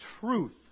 truth